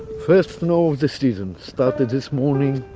first snow of the season. started this morning,